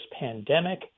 pandemic